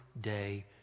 day